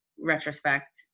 retrospect